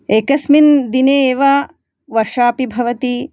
एकस्मिन् दिने एव वर्षापि भवति